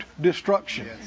destruction